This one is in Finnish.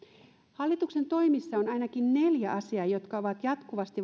hallituksen toimissa on ainakin neljä asiaa jotka ovat